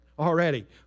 already